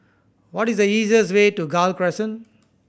what is the easiest way to Gul Crescent